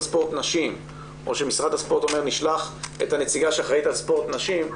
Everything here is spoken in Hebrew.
ספורט נשים או שמשרד הספורט אומר 'נשלח את הנציגה שאחראית על ספורט נשים',